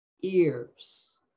ears